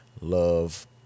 Love